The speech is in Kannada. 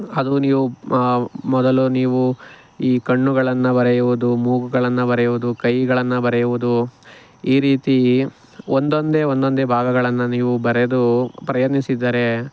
ಅದು ನೀವು ಮೊದಲು ನೀವು ಈ ಕಣ್ಣುಗಳನ್ನು ಬರೆಯುವುದು ಮೂಗುಗಳನ್ನು ಬರೆಯುವುದು ಕೈಗಳನ್ನು ಬರೆಯುವುದು ಈ ರೀತಿ ಒಂದೊಂದೇ ಒಂದೊಂದೇ ಭಾಗಗಳನ್ನು ನೀವು ಬರೆದು ಪ್ರಯತ್ನಿಸಿದರೆ